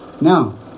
Now